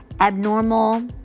abnormal